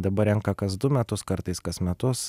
dabar renka kas du metus kartais kas metus